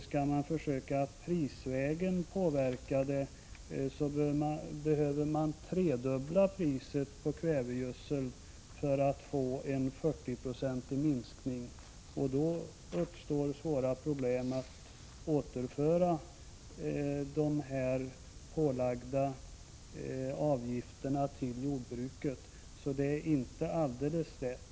Skall man i stället försöka påverka saken prisvägen, behöver man tredubbla priset på kvävegödsel för att få en 40-procentig minskning, och då uppstår svåra problem att återföra de pålagda avgifterna till jordbruket. Det är alltså inte alldeles lätt.